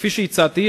כפי שהצעתי,